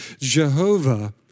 Jehovah